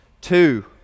Two